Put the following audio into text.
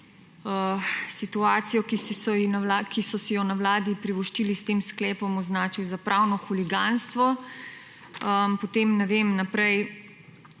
situacijo, ki so si jo na Vladi privoščili s tem sklepom označil za pravno huliganstvo, potem ne vem naprej,